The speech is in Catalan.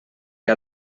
que